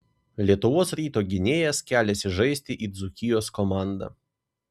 lietuvos ryto gynėjas keliasi žaisti į dzūkijos komandą